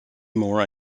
more